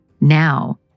Now